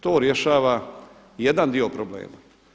To rješava jedan dio problema.